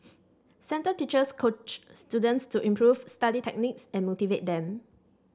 centre teachers coach students to improve study techniques and motivate them